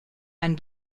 ein